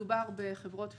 מדובר בחברות פינטק.